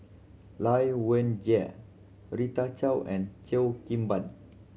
Lai Weijie Rita Chao and Cheo Kim Ban